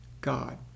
God